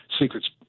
secrets